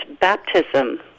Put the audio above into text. baptism